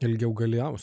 ilgiau gali aust